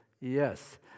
Yes